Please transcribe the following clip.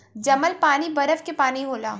जमल पानी बरफ के पानी होला